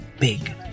big